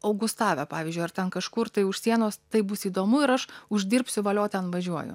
augustave pavyzdžiui ar ten kažkur tai už sienos taip bus įdomu ir aš uždirbsiu valio ten važiuoju